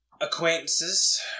acquaintances